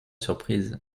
surprise